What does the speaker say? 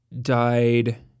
died